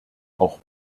auch